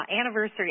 anniversary